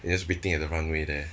just waiting at the runway there